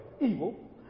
evil